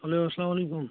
hello اَسلامُ علیکُم